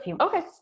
Okay